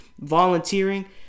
volunteering